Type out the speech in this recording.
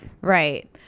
right